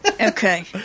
Okay